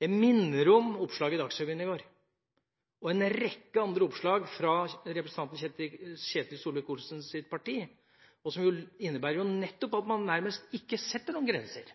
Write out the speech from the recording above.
Jeg minner om oppslaget i Dagsrevyen i går og en rekke andre oppslag fra representanten Ketil Solvik-Olsens parti, som innebærer nettopp at man nærmest ikke setter noen grenser